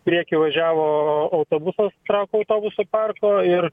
prieky važiavo autobusas trakų autobusų parko ir